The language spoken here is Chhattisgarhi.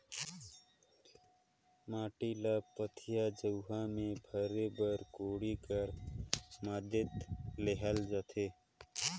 माटी ल पथिया, झउहा मे भरे बर कोड़ी कर मदेत लेहल जाथे